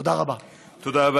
תודה רבה.